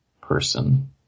person